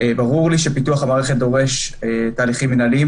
ברור לי שפיתוח המערכת דורש תהליכים מינהליים,